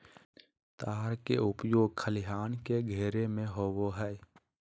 तार के उपयोग खलिहान के घेरे में होबो हइ